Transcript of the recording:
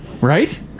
right